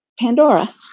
Pandora